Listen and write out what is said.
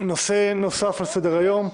נוסף על סדר היום: